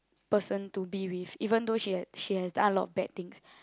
person to be with even though she has she has done a lot of bad things